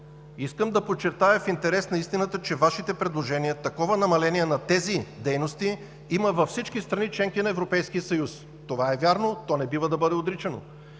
Искам да подчертая в интерес на истината, че такова намаление на тези дейности има във всички страни – членки на Европейския съюз. Това е вярно, то не бива да бъде отричано,